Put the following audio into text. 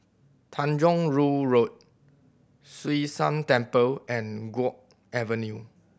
Tanjong Rhu Road Hwee San Temple and Guok Avenue